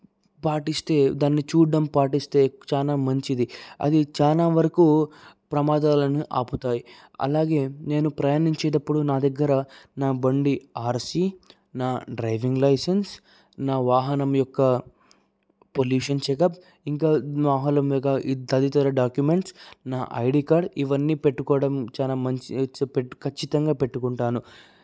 పాటిస్తే దాన్ని చూడడం పాటిస్తే చాలా మంచిది అది చాలా వరకు ప్రమాదాలని ఆపుతాయి అలాగే నేను ప్రయాణించేటప్పుడు నా దగ్గర నా బండి ఆర్సి నా డ్రైవింగ్ లైసెన్స్ నా వాహనం యొక్క పొల్యూషన్ చెకప్ ఇంకా వాహనం యొక్క తదితర డాక్యుమెంట్స్ నా ఐడి కార్డ్ ఇవన్నీ పెట్టుకోవడం చాలా మంచిది పెట్టి ఖచ్చితంగా పెట్టుకుంటాను